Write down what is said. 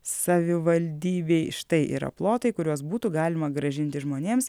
savivaldybei štai yra plotai kuriuos būtų galima grąžinti žmonėms